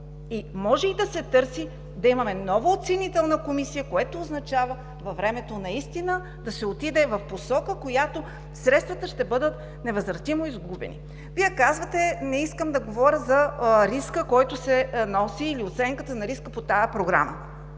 и може и да се търси да имаме нова оценителна комисия, което означава във времето наистина да се отиде в посока, в която средствата ще бъдат невъзвратимо изгубени. Вие казвате: не искам да говоря за риска, който се носи, или оценката на риска по тази Програма,